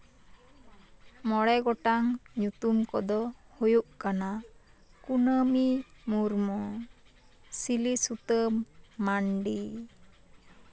ᱢᱚᱬᱮ ᱜᱚᱴᱟᱝ ᱧᱩᱛᱩᱢ ᱠᱚᱫᱚ ᱦᱩᱭᱩᱜ ᱠᱟᱱᱟ ᱠᱩᱱᱟᱹᱢᱤ ᱢᱩᱨᱢᱩ ᱥᱤᱞᱤ ᱥᱩᱛᱟᱹᱢ ᱢᱟᱱᱰᱤ